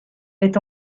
est